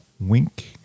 Wink